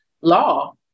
law